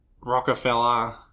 Rockefeller